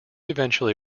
eventually